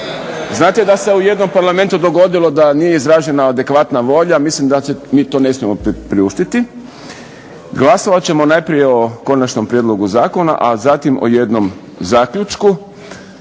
Znate da se u jednom Parlamentu dogodilo da nije izražena adekvatna volja, mislim da mi to ne smijemo priuštiti, glasovati ćemo najprije o Konačnom prijedlogu zakona a zatim o jednom zaključku